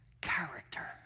character